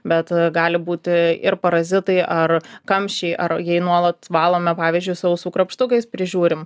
bet gali būti ir parazitai ar kamščiai ar jei nuolat valome pavyzdžiui su ausų krapštukais prižiūrim